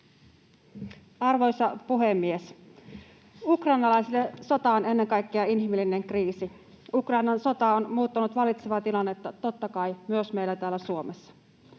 Arvoisa puhemies! Ukrainalaisille sota on ennen kaikkea inhimillinen kriisi. Ukrainan sota on muuttanut vallitsevaa tilannetta totta kai myös meillä täällä Suomessa.